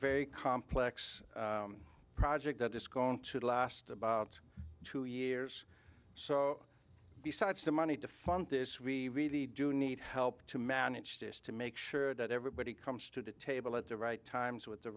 very complex project that it's going to last about two years so besides the money to fund this we really do need help to manage this to make sure that everybody comes to the table at the right times with the